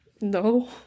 no